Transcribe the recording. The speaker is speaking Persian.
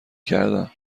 کردم